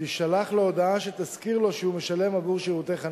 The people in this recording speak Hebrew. תישלח לו הודעה שתזכיר לו שהוא משלם עבור שירותי חנייה.